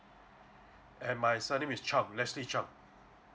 and my surname is chong leslie chong